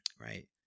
right